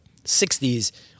60s